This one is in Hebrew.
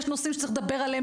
יש נושאים שצריך לדבר עליהם,